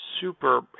super